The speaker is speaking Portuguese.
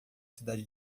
cidade